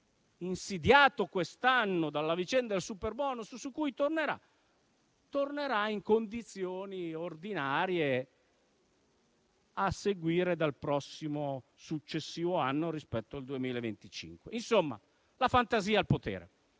insidiato quest'anno dalla vicenda del superbonus, tornerà in condizioni ordinarie a seguire dal successivo anno rispetto al 2025. Insomma, la fantasia al potere.